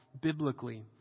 biblically